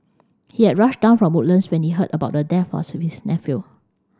he had rushed down from Woodlands when he heard about the death of his nephew